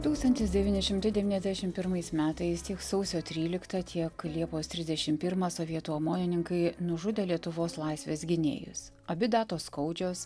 tūkstantis devyni šimtai devyniasdešimt pirmais metais tiek sausio tryliktą tiek liepos trisdešimt pirmą sovietų omonininkai nužudė lietuvos laisvės gynėjus abi datos skaudžios